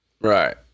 Right